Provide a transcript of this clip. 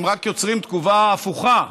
הם רק יוצרים תגובה הפוכה,